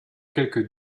quelque